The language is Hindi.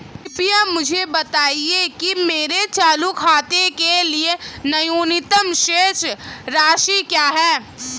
कृपया मुझे बताएं कि मेरे चालू खाते के लिए न्यूनतम शेष राशि क्या है